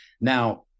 Now